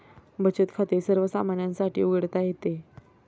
बचत खाते सर्वसामान्यांसाठी उघडता येते